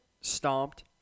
stomped